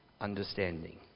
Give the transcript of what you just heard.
understanding